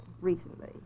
recently